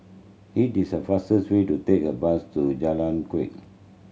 it is faster way to take the bus to Jalan Kuak